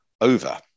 over